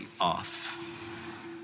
off